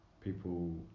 People